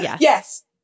Yes